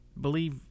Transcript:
believe